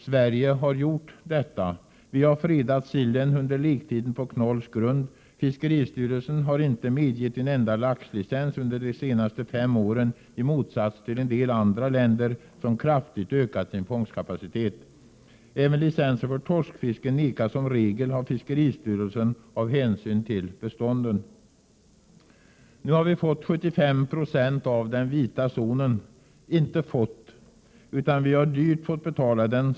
Sverige har gjort detta. Vi har fredat sillen under lektiden på Knolls grund. Fiskeristryelsen har inte medgett en enda laxlicens under de senaste fem åren i motsats till en del andra länder, som kraftigt ökat sin fångstkapacitet. Även licenser för torskfiske nekas som regel av fiskeristyrelsen av hänsyn till bestånden. Nu har vi fått 75 96 av den vita zonen. Inte fått, utan vi har dyrt fått betala den.